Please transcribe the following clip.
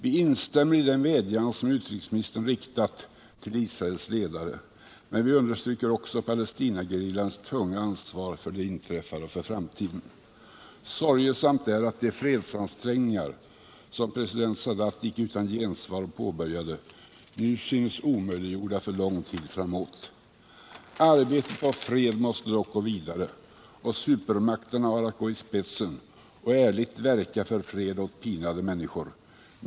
Vi instämmer i den vädjan som utrikesministern har riktat till Israels ledare, men vi understryker också Palestinagerillans tunga ansvar för det inträffade. Sorgesamt är att de fredsansträngningar som president Sadat icke utan gensvar påbörjade nu synes omöjliggjorda för lång tid framöver. Arbetet på fred måste dock gå vidare. Supermakterna har att gå i spetsen och ärligt verka för fred åt pinade människor.